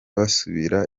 basubiramo